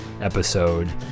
episode